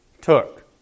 took